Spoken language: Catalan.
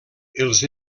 els